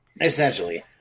Essentially